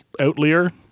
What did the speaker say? outlier